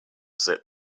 zip